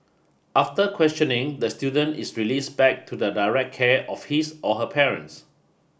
after questioning the student is released back to the direct care of his or her parents